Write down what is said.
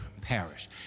parish